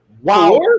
wow